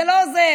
זה לא עוזר,